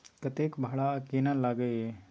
कतेक भाड़ा आ केना लागय ये?